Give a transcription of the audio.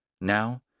Now